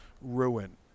ruin